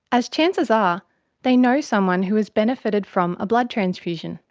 as chances are they know someone who has benefited from a blood transfusion.